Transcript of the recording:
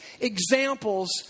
examples